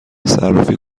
صرافی